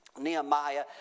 Nehemiah